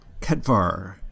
Ketvar